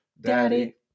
Daddy